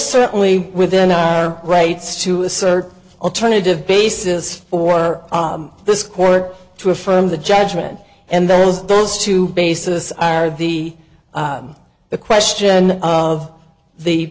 certainly within our rights to assert alternative basis for this court to affirm the judgment and there's those two basis are the the question of the